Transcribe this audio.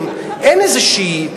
הואיל והיא לא עושה תקנות,